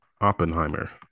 Oppenheimer